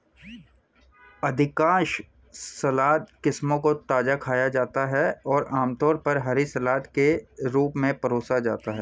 अधिकांश सलाद किस्मों को ताजा खाया जाता है और आमतौर पर हरी सलाद के रूप में परोसा जाता है